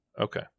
Okay